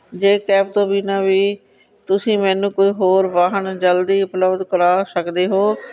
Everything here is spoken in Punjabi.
ਜੇ ਕੈਬ ਤੋਂ ਬਿਨਾਂ ਵੀ ਤੁਸੀਂ ਮੈਨੂੰ ਕੋਈ ਹੋਰ ਵਾਹਣ ਜਲਦੀ ਉਪਲਬਧ ਕਰਾ ਸਕਦੇ ਹੋ